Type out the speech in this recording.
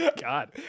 God